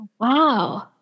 Wow